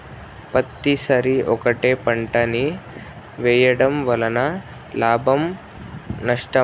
పత్తి సరి ఒకటే పంట ని వేయడం వలన లాభమా నష్టమా?